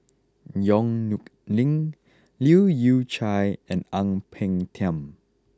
Yong Nyuk Lin Leu Yew Chye and Ang Peng Tiam